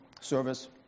service